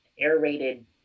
aerated